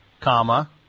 Comma